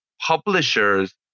publishers